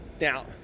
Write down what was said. Now